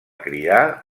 cridar